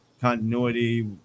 continuity